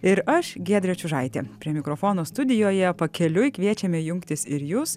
ir aš giedrė čiužaitė prie mikrofono studijoje pakeliui kviečiame jungtis ir jus